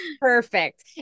Perfect